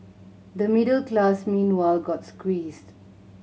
the middle class meanwhile got squeezed